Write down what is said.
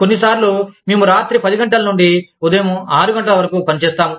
కొన్నిసార్లు మేము రాత్రి 10 గంటల నుండి ఉదయం 6 గంటల వరకు పని చేస్తాము